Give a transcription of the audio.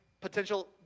potential